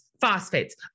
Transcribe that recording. phosphates